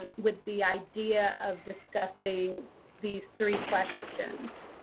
ah with the idea of discussing these three questions.